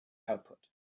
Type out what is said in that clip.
output